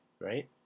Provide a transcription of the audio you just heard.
right